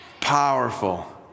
powerful